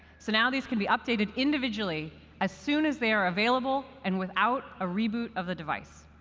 so now, these can be updated individually as soon as they are available, and without a reboot of the device.